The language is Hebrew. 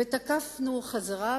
ותקפנו חזרה,